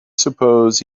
suppose